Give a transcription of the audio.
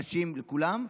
נשים, לכולם,